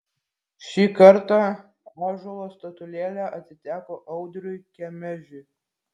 šį kartą ąžuolo statulėlė atiteko audriui kemežiui